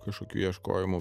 kažkokių ieškojimų